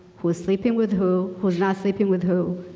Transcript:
who's sleeping with who, who's not sleeping with who,